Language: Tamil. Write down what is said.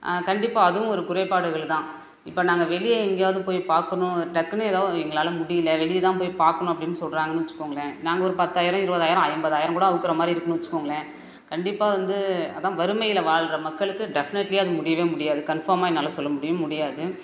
கண்டிப்பாக அதுவும் ஒரு குறைபாடுகள் தான் இப்போ நாங்கள் வெளியே எங்கேயாவுது போய் பார்க்கணும் டக்குன்னு ஏதோ எங்களால் முடியிலை வெளியே தான் போய் பார்க்கணும் அப்படின்னு சொல்லுறாங்கன்னு வச்சுக்கோங்களேன் நாங்கள் ஒரு பத்தாயிரம் இருபதாயிரம் ஐம்பதாயிரம் கூட அவுக்கிற மாதிரி இருக்குதுன்னு வச்சிக்கோங்களேன் கண்டிப்பாக வந்து அதான் வறுமையில வாழ்கிற மக்களுக்கு டெஃப்னெட்லியாக அது முடியவே முடியாது கன்ஃபார்மாக என்னால் சொல்ல முடியும் முடியாது